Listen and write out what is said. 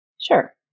Sure